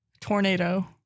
Tornado